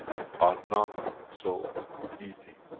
are not so easy,